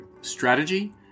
strategy